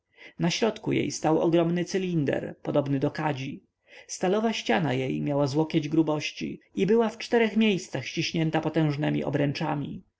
na środku jej stał ogromny cylinder podobny do kadzi stalowa ściana jej miała z łokieć grubości i była w czterech miejscach ściśnięta potężnemi obręczami